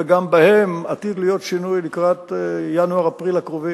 וגם בהם עתיד להיות שינוי לקראת ינואר אפריל הקרובים.